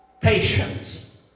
patience